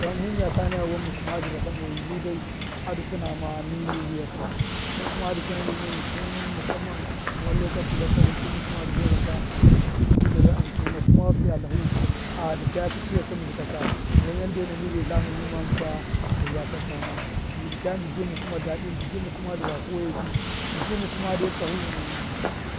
Don mimiya ta naya wan muku madṫ ratla moyu a dunama mi wṫya sbṫ, hṫn kuma a dukunana hṫm miya miyeni hin musamma wan lokachi bakavur duk muku madṫ buwaza ka njṫji muku gyarya a dukunana kuma fiya tlahu a dṫkayakṫ piyatṫ muku takaka, wan yandena mide tlama mima mukwa zahiya sal tama mi daha njṫji muku ma dad, njṫji muku made tsahu